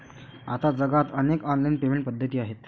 आता जगात अनेक ऑनलाइन पेमेंट पद्धती आहेत